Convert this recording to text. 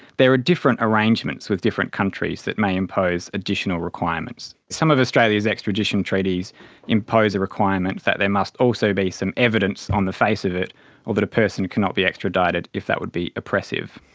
there are different arrangements with different countries that may impose additional requirements. some of australia's extradition treaties impose a requirement that there must also be some evidence on the face of it or that a person cannot be extradited if that would be oppressive.